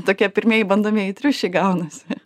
tokie pirmieji bandomieji triušiai gaunasi